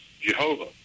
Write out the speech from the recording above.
Jehovah